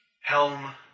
helm